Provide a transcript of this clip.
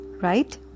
right